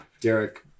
Derek